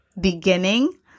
beginning